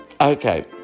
Okay